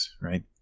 right